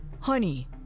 Honey